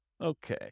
Okay